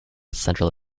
central